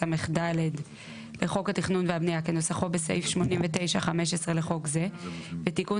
158סד לחוק התכנון והבנייה כנוסחו בסעיף 89(15) לחוק זה ותיקון